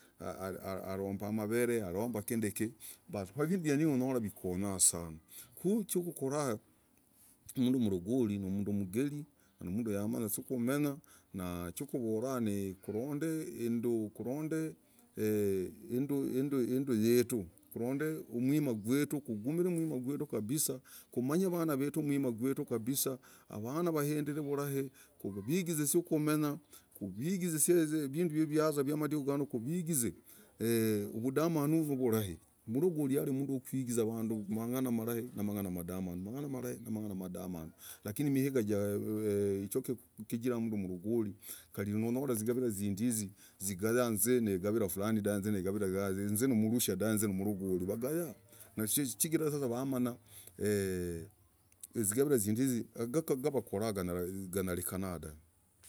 Harihari. alombah maver alombah gindikii mbaya vinduu hivyo vikonyah sanah kuu chaukukorah mnduu mlagolii ni mnduu mgelii mnduu yamanya kumenyah kukorah eee m eee induuu induuu yetuu kulomb mwimah kwetuu kugumir kwimah kwetuu kabisa umanye vanaaa vetuu gumimah kwetuu kabisa vanaaa walind gumimah kwetuu kabisa avanaa waizir vulai kuigize sakumenyah kuigize vinduu yazaa sai kuigize eee vidamanuu noo vurahi mlogoli alimunduu yakuingiza vaaduu mang'ana malai namang'ana madamanuu amang'ana malai namang'ana madamanuu na lakini miingah chaah eee chah mnduu mologoli kalinonyolah zikabilah zindiii hiziii zigayah hiziii nibilah dah hiziii nimukushaah mlogoli wagayaa nasiii chigirah sasa wagayaa eee zigabilah zindiii kawakoraha zinyalah dahv dah.